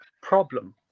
problem